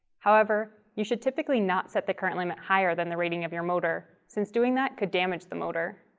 however, you should typically not set the current limit higher than the rating of your motor since doing that could damage the motor.